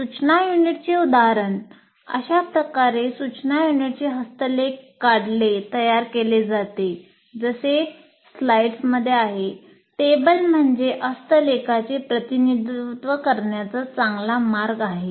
सूचना युनिटचे उदाहरणः अशा प्रकारे सूचना युनिटचे हस्तलेख काढले तयार केले जाते टेबल म्हणजे हस्तलेखाचे प्रतिनिधित्व करण्याचा चांगला मार्ग आहे